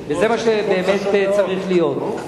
זה באמת מה שצריך להיות.